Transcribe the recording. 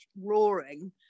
roaring